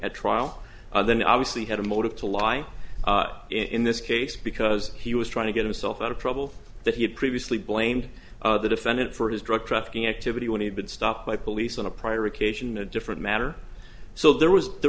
at trial then obviously had a motive to lie in this case because he was trying to get himself out of trouble that he had previously blamed the defendant for his drug trafficking activity when he'd been stopped by police on a prior occasion a different matter so there was there